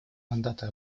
мандаты